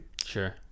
sure